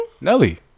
Nelly